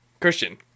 Christian